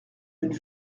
une